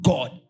God